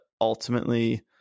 ultimately